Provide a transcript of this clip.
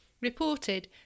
reported